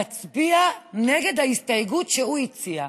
מצביע נגד ההסתייגות שהוא הציע.